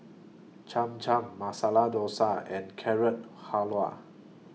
Cham Cham Masala Dosa and Carrot Halwa